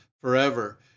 forever